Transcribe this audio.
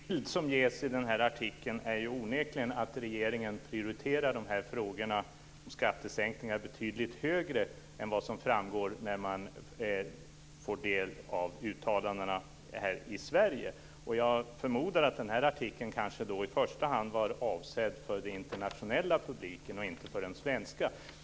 Herr talman! Den bild som ges i den här artikeln är onekligen att regeringen prioriterar frågan om skattesänkningar betydligt högre än vad som framgår när man får del av uttalandena här i Sverige. Jag förmodar att den här artikeln i första hand var avsedd för den internationella publiken och inte för den svenska.